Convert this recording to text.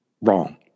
Wrong